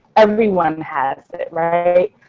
everyone has it right